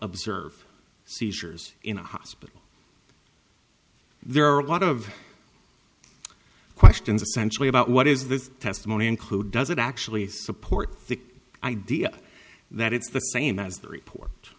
observe seizures in a hospital there are a lot of questions essentially about what is this testimony include does it actually support the idea that it's the same as the report